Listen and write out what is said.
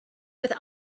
with